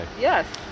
Yes